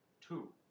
Two